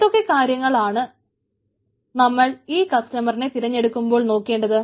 എന്തൊക്കെ കാര്യങ്ങൾ ആണ് നമ്മൾ ഈ കസ്റ്റമറിനെ തിരഞ്ഞെടുക്കുമ്പോൾ നോക്കേണ്ടത്